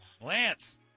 Lance